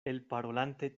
elparolante